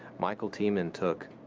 michael tiemann took